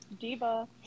Diva